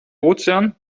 ozean